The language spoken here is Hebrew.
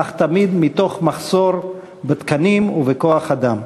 אך תמיד מתוך מחסור בתקנים ובכוח-אדם.